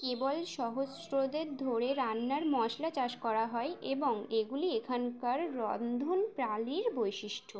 কেবল সহস্রদের ধরে রান্নার মশলা চাষ করা হয় এবং এগুলি এখানকার রন্ধন প্রণালীর বৈশিষ্ঠ্য